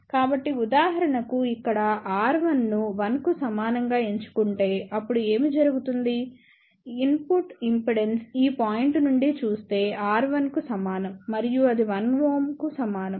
కాబట్టి ఉదాహరణకు ఇక్కడ R1 ను 1 కు సమానంగా ఎంచుకుంటేఅప్పుడు ఏమి జరుగుతుంది ఇన్పుట్ ఇంపిడెన్స్ ఈ పాయింట్ నుండి చూస్తే R1 కు సమానం మరియు అది 1Ω కు సమానం